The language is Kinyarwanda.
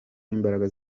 imbaraga